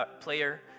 player